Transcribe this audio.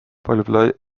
paljud